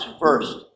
first